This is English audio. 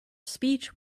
speech